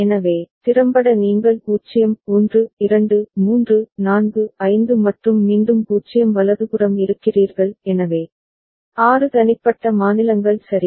எனவே திறம்பட நீங்கள் 0 1 2 3 4 5 மற்றும் மீண்டும் 0 வலதுபுறம் இருக்கிறீர்கள் எனவே 6 தனிப்பட்ட மாநிலங்கள் சரி